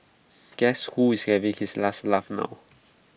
guess who is having his last laugh now